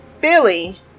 billy